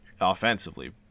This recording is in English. offensively